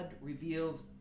reveals